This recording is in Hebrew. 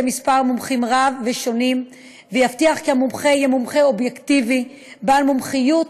מומחים רבים ושונים ויבטיח כי המומחה יהיה מומחה אובייקטיבי בעל מומחיות